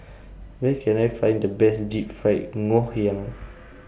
Where Can I Find The Best Deep Fried Ngoh Hiang